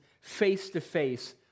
face-to-face